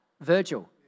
Virgil